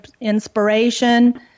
inspiration